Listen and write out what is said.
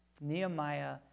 Nehemiah